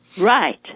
Right